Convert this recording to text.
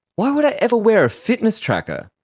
why would i ever wear a fitness tracker?